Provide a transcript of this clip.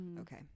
Okay